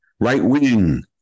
Right-wing